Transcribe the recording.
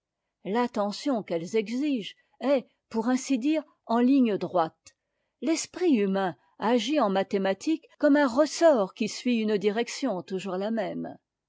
l'attention qu'elles exigent est pour ainsi dire en ligne droite l'esprit humain agit en mathématiques comme un ressort qui suit une direction toujours la même